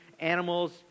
animals